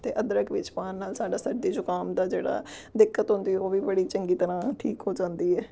ਅਤੇ ਅਦਰਕ ਵਿੱਚ ਪਾਣ ਨਾਲ ਸਾਡਾ ਸਰਦੀ ਜੁਕਾਮ ਦਾ ਜਿਹੜਾ ਦਿੱਕਤ ਹੁੰਦੀ ਉਹ ਵੀ ਬੜੀ ਚੰਗੀ ਤਰ੍ਹਾਂ ਠੀਕ ਹੋ ਜਾਂਦੀ ਹੈ